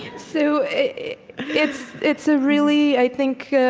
so it's it's a really, i think